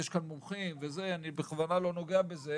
יש כאן מומחים ואני בכוונה לא נוגע בזה